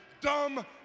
dumb